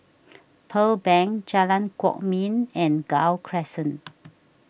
Pearl Bank Jalan Kwok Min and Gul Crescent